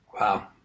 Wow